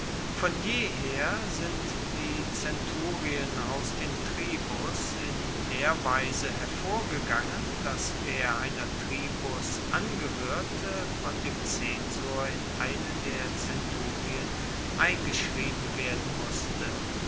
von jeher sind die zenturien aus den tribus in der weise hervorgegangen dass wer einer tribus angehoerte von dem zensor in eine der zenturien eingeschrieben werden musste